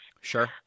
Sure